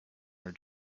her